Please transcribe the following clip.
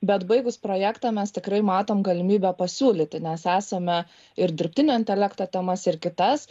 bet baigus projektą mes tikrai matom galimybę pasiūlyti nes esame ir dirbtinio intelekto temas ir kitas